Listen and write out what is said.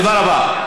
תודה רבה.